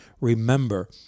Remember